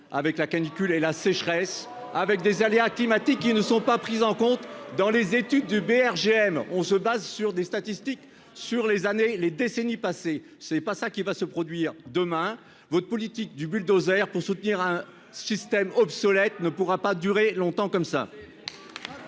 avec la canicule et la sécheresse avec des aléas climatiques, qui ne sont pas prises en compte dans les études du BRGM, on se base sur des statistiques sur les années les décennies passées, c'est pas ça qui va se produire demain votre politique du bulldozer pour soutenir un système obsolète, ne pourra pas durer longtemps comme ça.